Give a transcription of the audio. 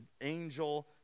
angel